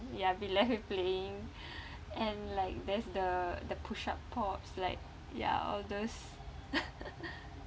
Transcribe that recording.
ya be left with playing and like there's the the push up pops like ya all those